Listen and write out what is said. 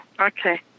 okay